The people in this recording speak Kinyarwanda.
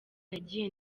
nagiye